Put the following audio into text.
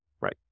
right